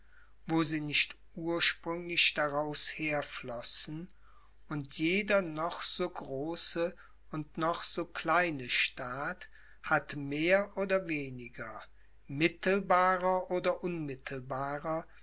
wo sie nicht ursprünglich daraus herflossen und jeder noch so große und noch so kleine staat hat mehr oder weniger mittelbarer oder unmittelbarer